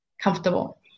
comfortable